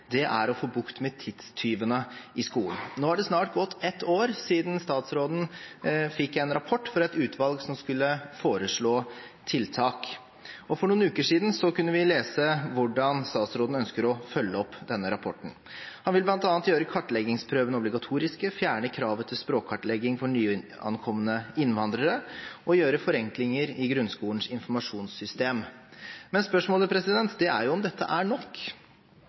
er å få bukt med tidstyvene i skolen. Nå er det snart gått et år siden statsråden fikk en rapport fra et utvalg som skulle foreslå tiltak, og for noen uker siden kunne vi lese hvordan statsråden ønsker å følge opp denne rapporten. Han vil bl.a. gjøre kartleggingsprøvene obligatorisk, fjerne kravet til språkkartlegging for nyankomne innvandrere og gjøre forenklinger i grunnskolens informasjonssystem. Men spørsmålet er om dette er nok.